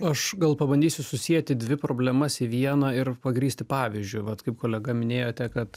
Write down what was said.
aš gal pabandysiu susieti dvi problemas į vieną ir pagrįsti pavyzdžiui vat kaip kolega minėjot kad